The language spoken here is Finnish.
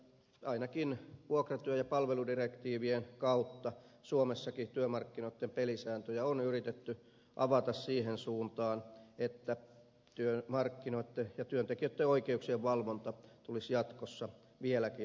ainakin vuokratyö ja palveludirektiivien kautta suomessakin työmarkkinoitten pelisääntöjä on yritetty avata siihen suuntaan että työmarkkinoitten ja työntekijöitten oikeuksien valvonta tulisi jatkossa vieläkin hankalammaksi